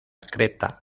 creta